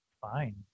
fine